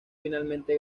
finalmente